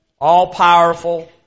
all-powerful